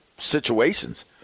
situations